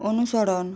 অনুসরণ